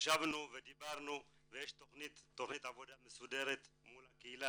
ישבנו ודיברנו ויש תכנית עבודה מסודרת מול הקהילה,